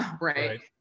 right